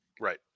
Right